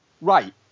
right